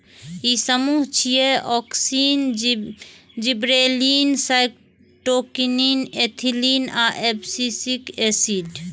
ई समूह छियै, auxin, gibberellin, cytokinin, ethylene आ एब्सिसिक एसिड